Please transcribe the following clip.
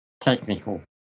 technical